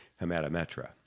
hematometra